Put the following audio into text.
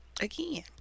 again